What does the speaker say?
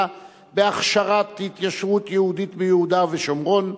בהכשרת ההתיישבות היהודית ביהודה ושומרון,